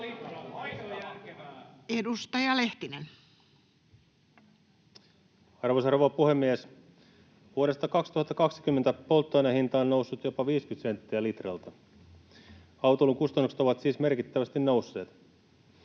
21:55 Content: Arvoisa rouva puhemies! Vuodesta 2020 polttoaineen hinta on noussut jopa 50 senttiä litralta. Autoilun kustannukset ovat siis merkittävästi nousseet.